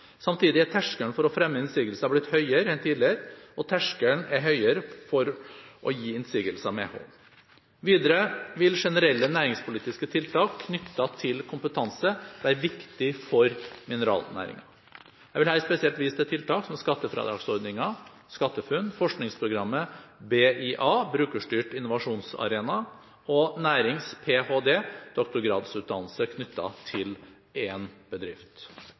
Samtidig er terskelen for å fremme innsigelser blitt høyere enn tidligere, og terskelen er høyere for å gi innsigelser medhold. Videre vil generelle næringspolitiske tiltak knyttet til kompetanse være viktig for mineralnæringen. Jeg vil her spesielt vise til tiltak som skattefradragsordningen SkatteFUNN, forskingsprogrammet BIA, Brukerstyrt innovasjonsarena, og Nærings-ph.d, doktorgradsutdannelse knyttet til en bedrift.